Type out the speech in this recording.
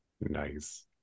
nice